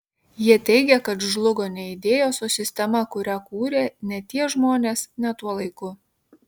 jie teigia kad žlugo ne idėjos o sistema kurią kūrė ne tie žmonės ne tuo laiku